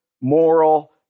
moral